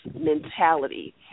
mentality